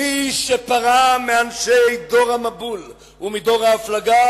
מי שפרע מאנשי דור המבול ומדור הפלגה